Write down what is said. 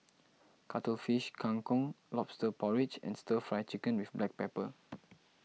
Cuttlefish Kang Kong Lobster Porridge and Stir Fry Chicken with Black Pepper